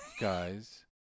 guys